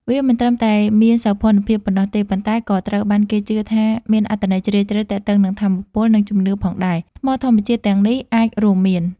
វាមិនត្រឹមតែមានសោភ័ណភាពប៉ុណ្ណោះទេ ប៉ុន្តែក៏ត្រូវបានគេជឿថាមានអត្ថន័យជ្រាលជ្រៅទាក់ទងនឹងថាមពល និងជំនឿផងដែរ។ ថ្មធម្មជាតិទាំងនេះអាចរួមមាន៖